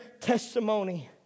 testimony